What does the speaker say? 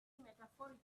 metaphorically